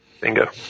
Bingo